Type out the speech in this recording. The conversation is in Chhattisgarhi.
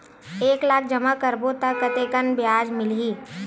एक लाख जमा करबो त कतेकन ब्याज मिलही?